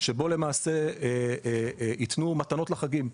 שבו יתנו מתנות לחגים.